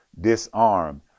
disarm